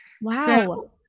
Wow